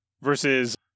versus